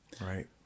Right